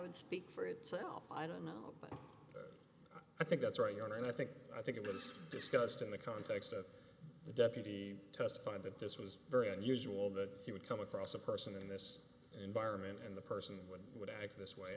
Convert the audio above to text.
would speak for itself i don't know but i think that's right here and i think i think it was discussed in the context of the deputy testified that this was very unusual that he would come across a person in this environment in the person would would act this way